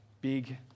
big